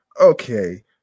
Okay